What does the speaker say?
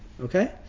Okay